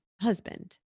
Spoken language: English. husband